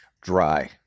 Dry